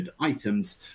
items